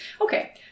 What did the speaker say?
Okay